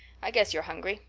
i guess you're hungry.